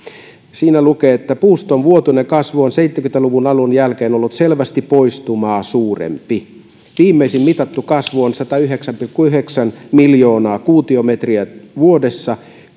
siellä lukee näin puuston vuotuinen kasvu on seitsemänkymmentä luvun alun jälkeen ollut selvästi poistumaa suurempi viimeisin mitattu kasvu on satayhdeksän pilkku yhdeksän miljoonaa kuutiometriä vuodessa